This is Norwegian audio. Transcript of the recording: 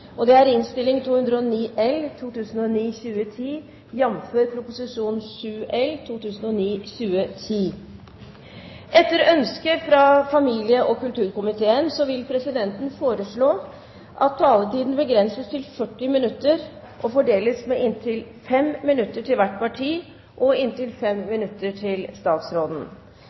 og Arne Sortevik om å øke fartsgrensen på motorveier klasse A til 120 km/t. Forslagene vil bli behandlet på reglementsmessig måte. Etter ønske fra familie- og kulturkomiteen vil presidenten foreslå at taletiden begrenses til 40 minutter og fordeles med inntil 5 minutter til hvert parti og inntil 5 minutter til statsråden.